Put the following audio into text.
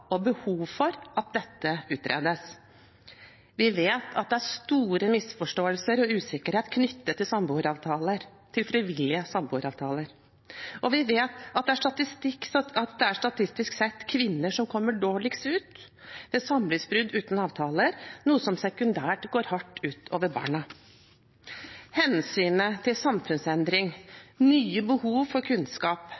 og behov for, at dette utredes. Vi vet at det er store misforståelser og usikkerhet knyttet til frivillige samboeravtaler, og vi vet at det statistisk sett er kvinner som kommer dårligst ut ved samlivsbrudd uten avtaler, noe som sekundært går hardt ut over barna. Hensynet til